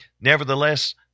nevertheless